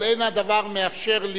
אבל אין הדבר מתאפשר,